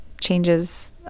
changes